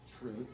truth